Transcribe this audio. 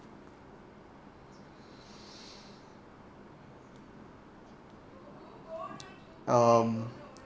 um